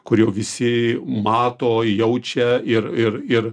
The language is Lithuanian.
kur jau visi mato jaučia ir ir ir